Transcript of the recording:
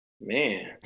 Man